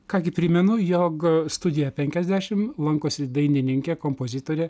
ką gi primenu jog studija penkiasdešimt lankosi dainininkė kompozitorė